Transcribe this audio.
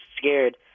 scared